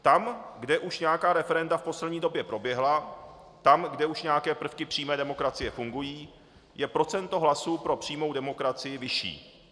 Tam, kde už nějaká referenda v poslední době proběhla, tam, kde už nějaké prvky přímé demokracie fungují, je procento hlasů pro přímou demokracii vyšší.